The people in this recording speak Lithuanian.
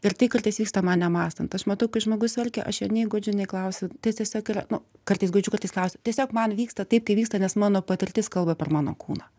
ir tai kartais vyksta man nemąstant aš matau kai žmogus verkia aš jo nei guodžiu nei klausiu tai tiesiog yra nu kartais guodžiu kartais klausiu tiesiog man vyksta taip kaip vyksta nes mano patirtis kalba per mano kūną